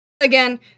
again